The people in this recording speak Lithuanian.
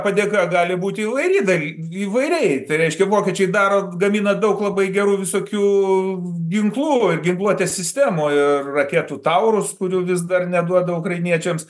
padėka gali būti įvairi įvairiai tai reiškia vokiečiai daro gamina daug labai gerų visokių ginklų ginkluotės sistemų ir raketų taurus kurių vis dar neduoda ukrainiečiams